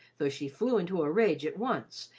though she flew into a rage at once,